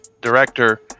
director